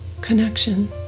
connection